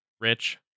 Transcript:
rich